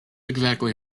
exactly